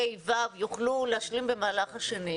ה' ו-ו' יוכלו להשלים במהלך השנים,